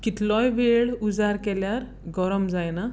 कितलोय वेळ उजार केल्यार गरम जायना